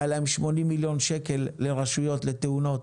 היו להם 80 מיליון שקל לרשויות לתאונות,